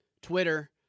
Twitter